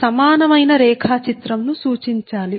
సమానమైన రేఖాచిత్రం ను సూచించాలి